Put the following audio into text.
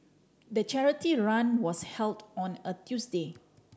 the charity run was held on a Tuesday